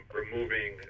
removing